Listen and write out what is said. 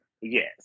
Yes